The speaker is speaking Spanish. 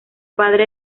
padre